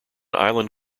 inland